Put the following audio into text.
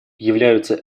являются